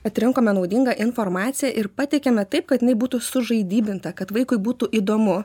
atrinkome naudingą informaciją ir pateikiame taip kad jinai būtų sužaidybinta kad vaikui būtų įdomu